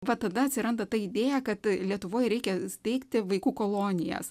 va tada atsiranda ta idėja kad lietuvoj reikia steigti vaikų kolonijas